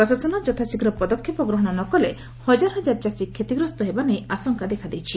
ପ୍ରଶାସନ ଯଥାଶୀଘ୍ର ପଦକ୍ଷେପ ଗ୍ରହଶ ନକଲେ ହଜାର ହଜାର ଚାଷୀ କ୍ଷତିଗ୍ରସ୍ତ ହେବା ଆଶଙ୍କା ଦେଖାଦେଇଛି